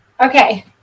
Okay